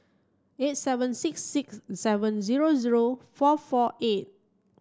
eight seven six six seven zero zero four four eight